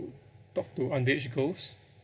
who talked to underage girls